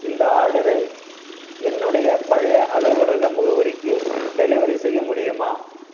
இந்த ஆர்டரை என்னுடைய பழைய அலுவலக முகவரிக்கு டெலிவரி செய்ய முடியுமா